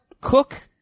Cook –